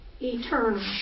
eternal